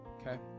okay